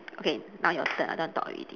okay now your turn I don't want talk already